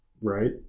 right